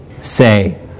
say